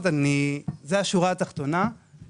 אני חוזר על בקשתי, ואת הדיון הזה נקיים בכל